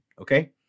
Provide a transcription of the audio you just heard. okay